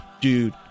dude